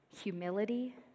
humility